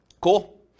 cool